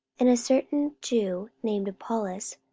and a certain jew named apollos,